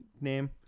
name